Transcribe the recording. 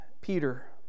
Peter